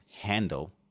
handle